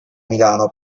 milano